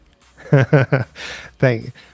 Thank